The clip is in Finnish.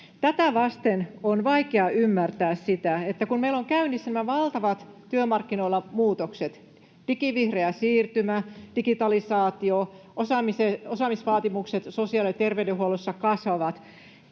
Tätä vasten on vaikea ymmärtää sitä, että kun meillä on työmarkkinoilla käynnissä valtavat muutokset — digivihreä siirtymä, digitalisaatio, osaamisvaatimukset sosiaali- ja ter-veydenhuollossa kasvavat